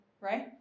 right